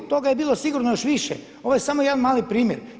Toga je bilo sigurno još više, ovo je samo jedan mali primjer.